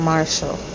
Marshall